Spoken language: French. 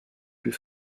plus